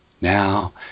now